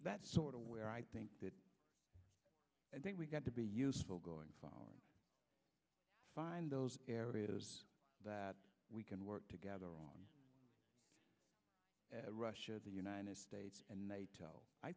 that sort of where i think that i think we've got to be useful going find those areas that we can work together on russia the united states and nato i